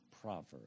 proverbs